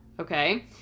Okay